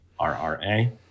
r-r-a